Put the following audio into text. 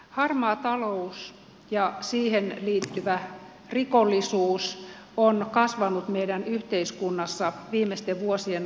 harmaa talous ja siihen liittyvä rikollisuus on kasvanut meidän yhteiskunnassa viimeisten vuosien aikana